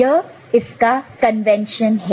यह इसका कन्वेंशन है